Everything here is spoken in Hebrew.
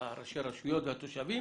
שראשי הרשויות והתושבים.